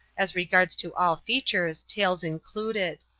as regards to all features, tails included.